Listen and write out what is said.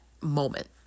moment